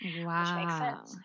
Wow